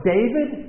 David